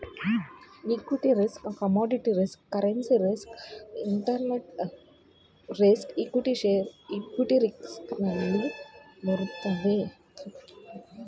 equity risk commodities risk currency risk interest risk equity risk ನಲ್ಲಿ ಬರುತ್ತವೆ